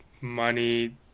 money